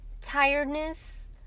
tiredness